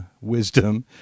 wisdom